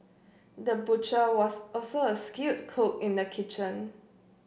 the butcher was also a skilled cook in the kitchen